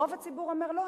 רוב הציבור אומר: לא,